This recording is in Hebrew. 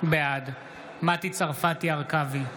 בעד מטי צרפתי הרכבי,